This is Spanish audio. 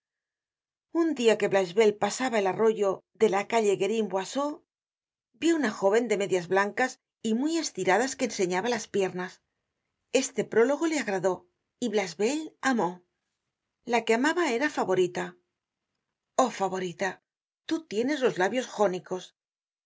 un dia que blachevelle pasaba el arroyo de la calle guerin boisseau vió una jóven de medias blancas y muy estiradas que enseñaba las piernas este prólogo le agradó y blachevelle amó la que amaba era favorita oh favorita tú tienes los labios jónicos